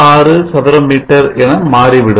46 சதுர மீட்டர் என மாறிவிடும்